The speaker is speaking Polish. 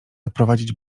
odprowadzić